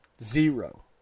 Zero